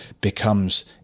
becomes